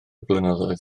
blynyddoedd